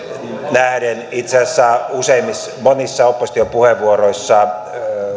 nähden itse asiassa monissa opposition puheenvuoroissa